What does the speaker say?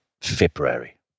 February